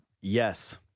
yes